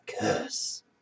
curse